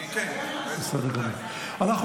שמונה, נגד, אחד, אין נמנעים.